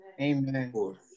Amen